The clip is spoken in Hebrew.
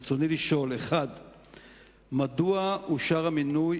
רצוני לשאול: 1. מדוע אושר המינוי